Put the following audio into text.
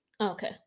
okay